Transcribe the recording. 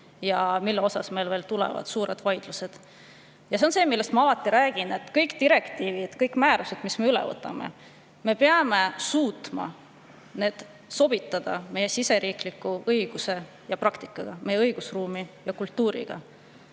ja mille üle meil veel tulevad suured vaidlused. See on see, millest ma alati räägin: me peame suutma kõik direktiivid, kõik määrused, mis me üle võtame, sobitada meie siseriikliku õiguse ja praktikaga, meie õigusruumi ja kultuuriga.